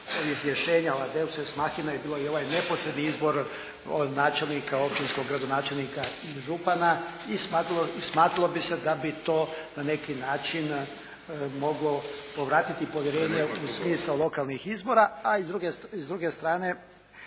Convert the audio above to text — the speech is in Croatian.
tih rješenja, … /Ne razumije se./ … je bio i ovaj neposredni izbor od načelnika, općinskog gradonačelnika i župana i smatralo bi se da bi to na neki način moglo povratiti povjerenje u smisao lokalnih izbora, a s druge strane